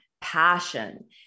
passion